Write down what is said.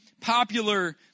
popular